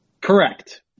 Correct